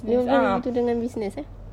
yang itu yang itu dengan business eh